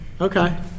Okay